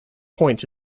point